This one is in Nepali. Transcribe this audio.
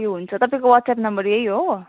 ए हुन्छ तपाईँको वाट्सएप नम्बर यही हो